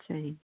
ਅੱਛਾ ਜੀ